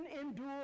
endure